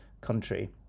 country